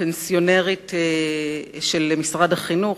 פנסיונרית של משרד החינוך,